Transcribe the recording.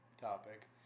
topic